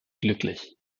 glücklich